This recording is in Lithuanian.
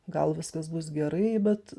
gal viskas bus gerai bet